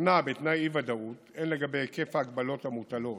הוכנה בתנאי אי-ודאות הן לגבי היקף ההגבלות המוטלות